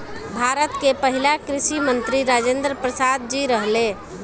भारत के पहिला कृषि मंत्री राजेंद्र प्रसाद जी रहले